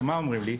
אומרים לי: